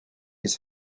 his